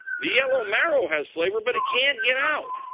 the yellow marrow has flavor. but it can't get out.